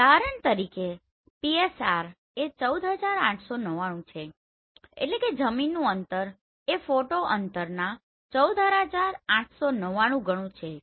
ઉદાહરણ તરીકે PSR એ 14899 છે એટલે કે જમીનનુ અંતર એ ફોટો અંતરના 14899 ગણું છે